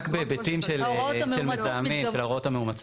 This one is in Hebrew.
רק בהיבטים של מזהמים, של ההוראות המאומצות.